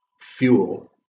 fuel